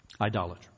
idolatry